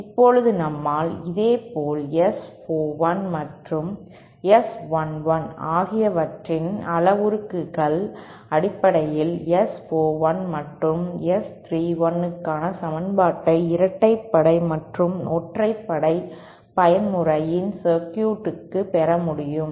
இப்போது நம்மால் இதேபோல் S 41 மற்றும் S11 ஆகியவற்றின் அளவுருக்கள் அடிப்படையில் S 41 மற்றும் S 31 க்கான சமன்பாட்டைப் இரட்டைப்படை மற்றும் ஒற்றைப்படை பயன்முறையின் சர்க்யூட்களுக்கு பெற முடியும்